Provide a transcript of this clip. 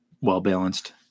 well-balanced